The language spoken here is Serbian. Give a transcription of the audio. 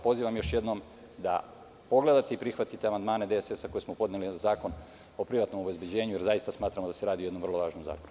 Pozivam još jednom da pogledate i prihvatite amandmane DSS koje smo podneli na Zakon o privatnom obezbeđenju jer smatramo da se radi o jednom vrlo važnom zakonu.